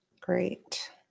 Great